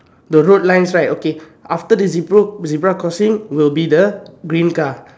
the road lines right okay after the zebr~ zebra crossing will be the green car